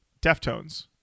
Deftones